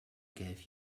gave